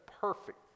perfect